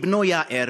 הוא בנו יאיר,